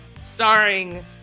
starring